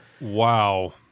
Wow